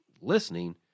listening